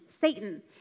Satan